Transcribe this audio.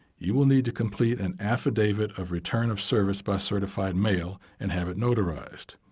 you will need to complete an affidavit of return of service by certified mail and have it notarized.